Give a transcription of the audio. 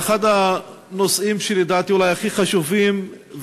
זה אחד הנושאים שלדעתי הם אולי הכי חשובים להרבה